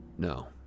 No